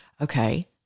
okay